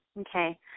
okay